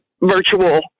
virtual